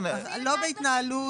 לא בהתנהלות.